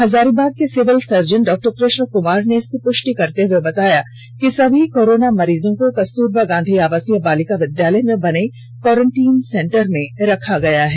हजारीबाग के civil surgeon डॉ कृष्ण कुमार ने इसकी पुष्टि करते हुये बताया कि सभी कोरोना मरीजों को कस्तूरबा गांधी आवासीय बालिका विद्यालय में बने क्वांरटीन सेंटर में रखा गया है